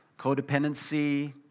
codependency